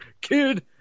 kid